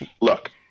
Look